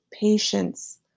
patience